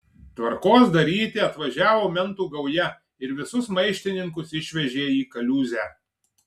tvarkos daryti atvažiavo mentų gauja ir visus maištininkus išvežė į kaliūzę